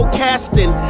casting